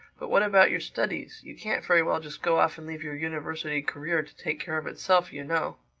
but what about your studies? you can't very well just go off and leave your university career to take care of itself, you know.